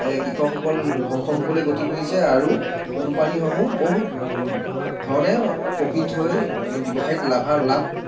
এই কৃষকসকল ধ্বংসমুখলৈ গতি কৰিছে আৰু কোম্পানীসমূহ বহুত ধৰণে প্ৰ'ফিট হৈ মানে ব্যৱসায়ত লাভালাভ